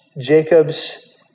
Jacob's